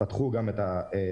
פתחו גם בפנים.